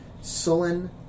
sullen